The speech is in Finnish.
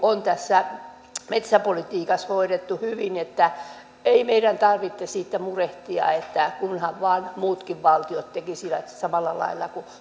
on tässä metsäpolitiikassa hoidettu hyvin ei meidän tarvitse siitä murehtia kunhan vain muutkin valtiot tekisivät samalla lailla kuin